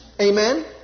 Amen